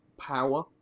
power